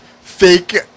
fake